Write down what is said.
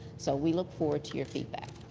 so we look forward to your feedback.